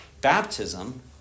baptism